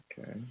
Okay